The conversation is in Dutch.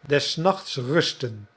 des nachts rusten